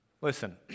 Listen